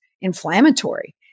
inflammatory